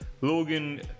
Logan